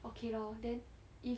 okay lor then if